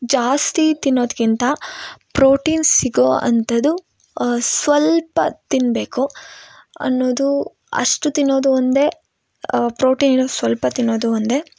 ಜಾಸ್ತಿ ತಿನ್ನೋದ್ಕಿಂತ ಪ್ರೋಟೀನ್ ಸಿಗೋ ಅಂಥದ್ದು ಸ್ವಲ್ಪ ತಿನ್ನಬೇಕು ಅನ್ನೋದು ಅಷ್ಟು ತಿನ್ನೋದು ಒಂದೆ ಪ್ರೋಟೀನ್ ಇರೋದು ಸ್ವಲ್ಪ ತಿನ್ನೋದು ಒಂದೆ